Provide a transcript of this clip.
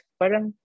parang